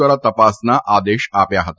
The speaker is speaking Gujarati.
દ્વારા તપાસના આદેશ આપ્યા હતા